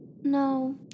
No